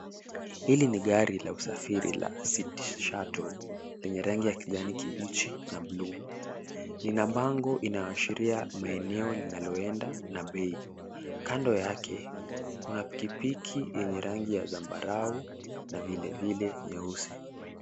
Hili ni gari la usafiri la City Shuttle lenye rangi ya kijani kibichi na blue . Lina bango inayoashiria maeneo linaloenda na bei. Kando yake kuna pikipiki yenye rangi ya zambarau na vile vile nyeusi.